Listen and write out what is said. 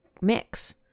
mix